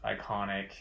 iconic